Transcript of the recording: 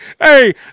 Hey